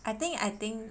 I think I think